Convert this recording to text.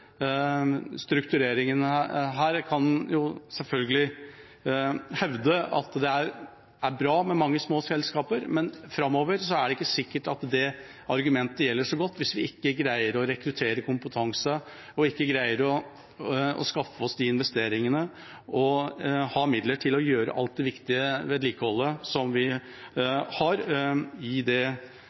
kan vi selvfølgelig hevde at det er bra med mange små selskaper, men framover er det ikke sikkert at det argumentet gjelder i så stor grad hvis vi ikke greier å rekruttere kompetanse og ikke greier å skaffe oss investeringer og ha midler til å utføre alt det viktige vedlikeholdet i den store infrastrukturen vi har bygd opp, og som vi skal forvalte i